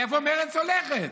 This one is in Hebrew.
לאיפה מרצ הולכת?